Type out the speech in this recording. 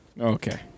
Okay